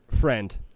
friend